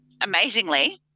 amazingly